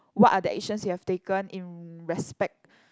what are the actions you have taken in respect